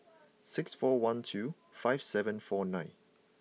six four one two five seven four nine